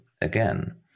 again